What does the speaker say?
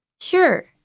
Sure